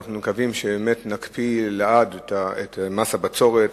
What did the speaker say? ואנחנו מקווים שבאמת נקפיא לעד את מס הבצורת.